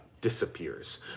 disappears